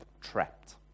trapped